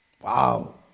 Wow